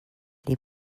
les